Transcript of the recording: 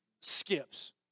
skips